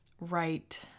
right